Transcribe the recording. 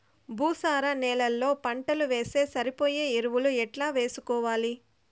భూసార నేలలో పంటలు వేస్తే సరిపోయే ఎరువులు ఎట్లా వేసుకోవాలి?